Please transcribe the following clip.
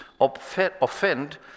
offend